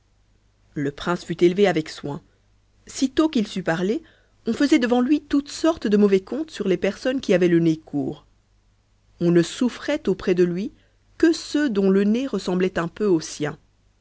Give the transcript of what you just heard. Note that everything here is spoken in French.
le prince fut élevé avec soin et sitôt qu'il sut parler on faisait devant lui toutes sortes de mauvais contes sur les personnes qui avaient le nez court on ne souffrait auprès de lui que ceux dont le nez ressemblait un peu au sien